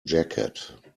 jacket